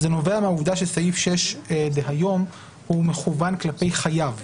זה נובע מהעובדה שסעיף 6 דהיום מכוון כלפי חייב,